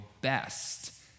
best